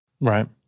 Right